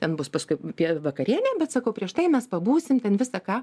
ten bus paskui pie vakarienė bet sakau prieš tai mes pabūsim ten visa ką